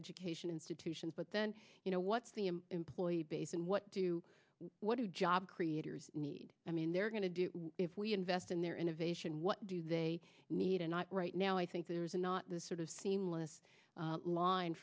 education institutions but then you know what's the employee base and what do what do job creators need i mean they're going to do if we invest in their innovation what do they need and not right now i think there's not the sort of seamless line